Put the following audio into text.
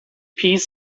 piece